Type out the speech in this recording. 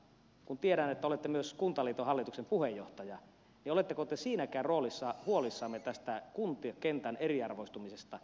kun tiedän että olette myös kuntaliiton hallituksen puheenjohtaja niin oletteko te siinäkään roolissa huolissanne tästä kuntakentän eriarvoistumisesta